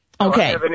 Okay